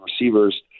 receivers